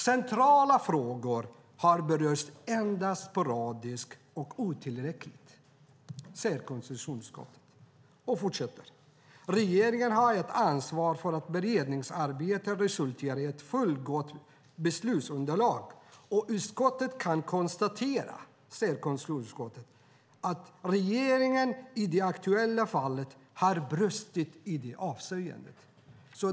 Centrala frågor har berörts endast sporadiskt och otillräckligt. Så säger konstitutionsutskottet, och fortsätter: Regeringen har ett ansvar för att beredningsarbetet resulterar i ett fullgott beslutsunderlag, och utskottet kan konstatera att regeringen i det aktuella fallet har brustit i detta avseende.